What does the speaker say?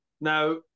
Now